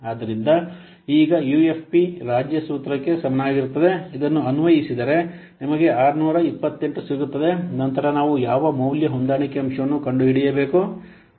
ಆದ್ದರಿಂದ ಈಗ ಯುಎಫ್ಪಿ ರಾಜ್ಯ ಸೂತ್ರಕ್ಕೆ ಸಮನಾಗಿರುತ್ತದೆ ಇದನ್ನು ಅನ್ವಯಿಸಿದರೆ ನಿಮಗೆ 628 ಸಿಗುತ್ತದೆ ನಂತರ ನಾವು ಯಾವ ಮೌಲ್ಯ ಹೊಂದಾಣಿಕೆ ಅಂಶವನ್ನು ಕಂಡುಹಿಡಿಯಬೇಕು